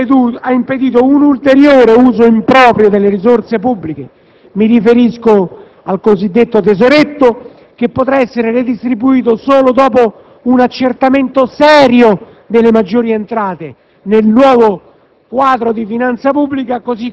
La caduta del Governo ha impedito un ulteriore uso improprio delle risorse pubbliche. Mi riferisco al cosiddetto tesoretto, che potrà essere redistribuito solo dopo un accertamento serio delle maggiori entrate nel nuovo quadro